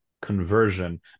conversion